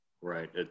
Right